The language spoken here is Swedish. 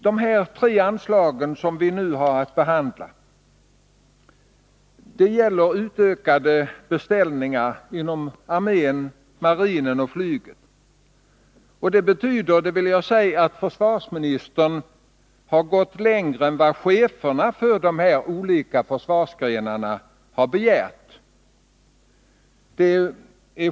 De tre anslag som vi nu har att behandla gäller utökade beställningar inom armén, marinen och flyget. Regeringens förslag innebär att försvarsministern har gått längre än vad cheferna för dessa olika försvarsgrenar har begärt.